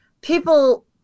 people